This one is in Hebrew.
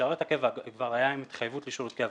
משרת הקבע כבר היה עם התחייבות לשירות קבע,